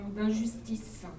d'injustice